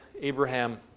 Abraham